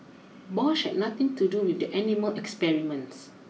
Bosch had nothing to do with the animal experiments